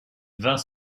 vint